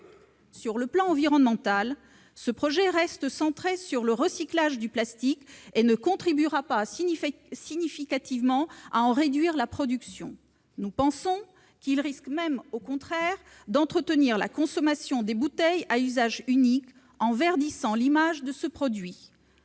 Sur le plan environnemental, ce projet reste centré sur le recyclage du plastique et ne contribuera pas significativement à en réduire la production. Nous pensons qu'il risque même au contraire d'entretenir la consommation des bouteilles à usage unique, en verdissant l'image de ce produit.